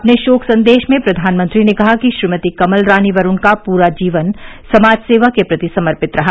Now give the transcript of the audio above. अपने शोक संदेश में प्रधानमंत्री ने कहा कि श्रीमती कमल रानी वरूण का पूरा जीवन समाजसेवा के प्रति समर्पित रहा